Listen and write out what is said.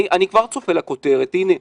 אני כבר צופה את הכותרת, הנה,